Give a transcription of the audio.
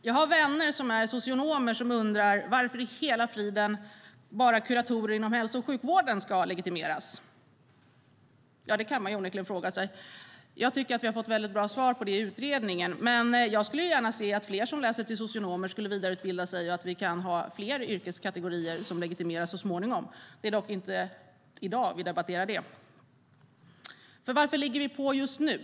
Jag har vänner som är socionomer, och de undrar varför i hela friden bara kuratorer inom hälso och sjukvården ska legitimeras. Ja, det kan man onekligen fråga sig, men jag tycker att vi har fått bra svar på det i utredningen. Jag skulle dock gärna se att fler som läser till socionomer vidareutbildar sig och att fler yrkeskategorier legitimeras så småningom. Det debatterar vi dock inte i dag. Varför ligger vi på just nu?